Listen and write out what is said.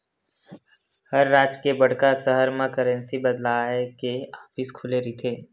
हर राज के बड़का सहर म करेंसी बदलवाय के ऑफिस खुले रहिथे